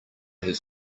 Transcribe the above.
his